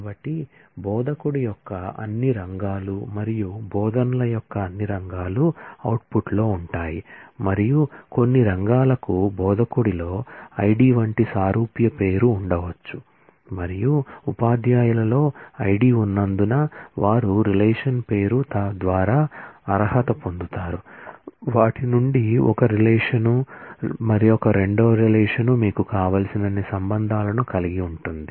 కాబట్టి బోధకుడి యొక్క అన్ని రంగాలు మరియు బోధనల యొక్క అన్ని రంగాలు అవుట్పుట్లో ఉంటాయి మరియు కొన్ని రంగాలకు బోధకుడిలో ఐడి వంటి సారూప్య పేరు ఉండవచ్చు మరియు ఉపాధ్యాయులలో ఐడి ఉన్నందున వారు రిలేషన్ పేరు ద్వారా అర్హత పొందుతారు వాటి నుండి 1 రిలేషన్ 2 రిలేషన్ మీకు కావలసినన్ని రిలేషన్లను కలిగి ఉంటుంది